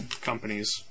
companies